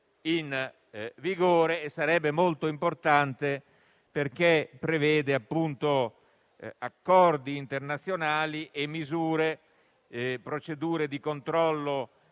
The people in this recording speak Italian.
in vigore. Sarebbe molto importante perché essa prevede accordi internazionali, misure e procedure di controllo